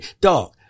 Dog